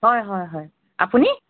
হয় হয় হয় আপুনি